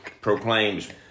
proclaims